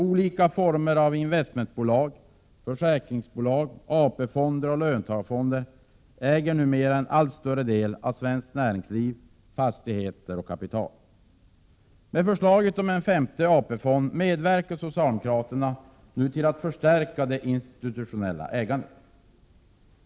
Olika former av investmentbolag, försäkringsbolag, AP-fonder och löntagarfonder äger numera en allt större del av svenskt näringsliv, fastigheter och kapital. Med förslaget om en femte AP-fond medverkar socialdemokraterna till att stärka det institutionella ägandet.